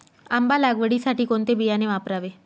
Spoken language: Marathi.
आंबा लागवडीसाठी कोणते बियाणे वापरावे?